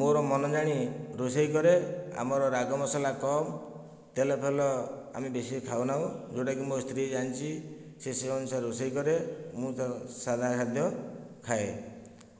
ମୋର ମନ ଜାଣି ରୋଷେଇ କରେ ଆମର ରାଗ ମସଲା କମ୍ ତେଲ ଫେଲ ଆମେ ବେଶୀ ଖାଉ ନାହୁଁ ଯେଉଁଟାକି ମୋ ସ୍ତ୍ରୀ ଜାଣିଛି ସେ ସେ ଅନୁସାରେ ରୋଷେଇ କରେ ମୁଁ ତ ସାଧା ଖାଦ୍ୟ ଖାଏ